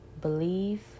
believe